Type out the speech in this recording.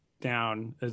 down